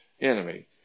enemy